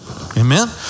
Amen